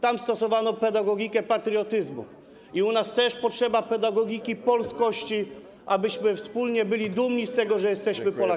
Tam stosowano pedagogikę patriotyzmu i u nas też potrzeba pedagogiki polskości, abyśmy wspólnie byli dumni z tego, że jesteśmy Polakami.